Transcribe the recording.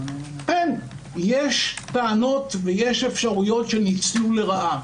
יש טענות ויש אפשרויות של ניצול לרעה.